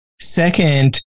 Second